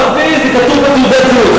ערבי, זה כתוב בתעודת זהות.